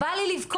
בא לי לבכות,